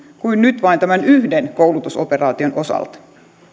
kuin nyt vain tämän yhden koulutusoperaation osalta